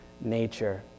nature